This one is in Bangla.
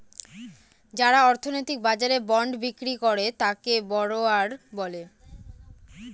যারা অর্থনৈতিক বাজারে বন্ড বিক্রি করে তাকে বড়োয়ার বলে